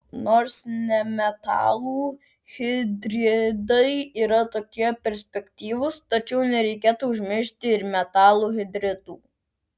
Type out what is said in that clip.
nors nemetalų hidridai yra tokie perspektyvūs tačiau nereikėtų užmiršti ir metalų hidridų